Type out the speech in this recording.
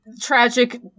tragic